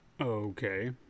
Okay